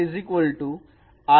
J T J